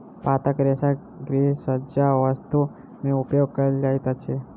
पातक रेशा गृहसज्जा वस्तु में उपयोग कयल जाइत अछि